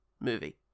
movie